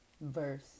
verse